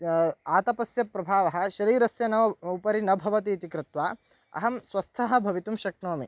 आतपस्य प्रभावः शरीरस्य न उपरि न भवति इति कृत्वा अहं स्वस्थः भवितुं शक्नोमि